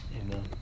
Amen